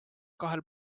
kahel